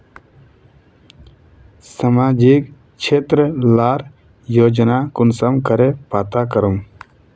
सामाजिक क्षेत्र लार योजना कुंसम करे पता करूम?